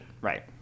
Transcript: right